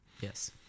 Yes